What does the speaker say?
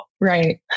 Right